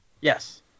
Yes